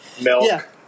milk